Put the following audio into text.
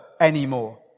anymore